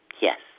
yes